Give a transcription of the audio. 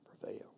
prevail